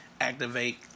activate